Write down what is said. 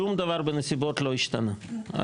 נכון מאוד.